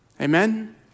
Amen